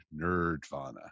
nerdvana